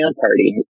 party